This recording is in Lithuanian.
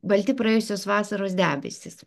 balti praėjusios vasaros debesys